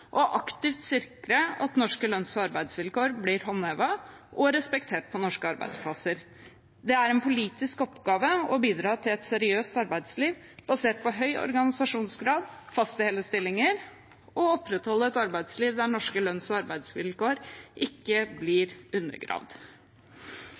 aktivt sikre at norske lønns- og arbeidsvilkår blir håndhevet og respektert på norske arbeidsplasser. Det er en politisk oppgave å bidra til et seriøst arbeidsliv basert på høy organisasjonsgrad, faste hele stillinger og å opprettholde et arbeidsliv der norske lønns- og arbeidsvilkår ikke blir